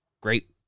great